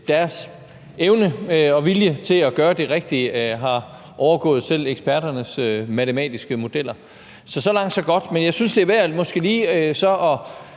deres evne og vilje til at gøre det rigtige har overgået selv eksperternes matematiske modeller. Så langt, så godt. Jeg synes så måske, at